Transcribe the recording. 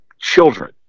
children